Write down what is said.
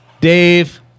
Dave